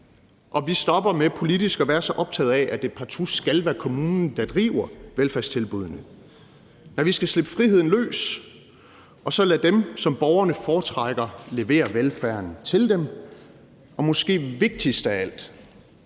skal stoppe med politisk at være så optaget af, at det partout skal være kommunen, der driver velfærdstilbuddene. Vi skal slippe friheden løs og så lade dem, som borgerne foretrækker, levere velfærden til dem, og måske vigtigst af alt